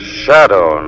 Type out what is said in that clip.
shadow